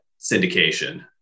syndication